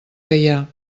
gaià